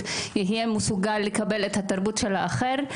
יהיה מסוגל לקבל את התרבות של האחר,